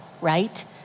right